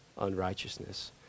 unrighteousness